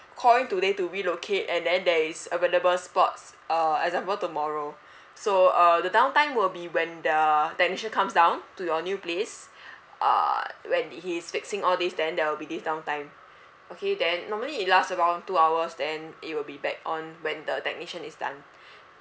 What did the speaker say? call in today to relocate and then there is available spots uh example tomorrow so uh the downtime will be when the technician comes down to your new place uh when he's fixing all these then there will be this downtime okay then normally it last about two hours then it will be back on when the technician is done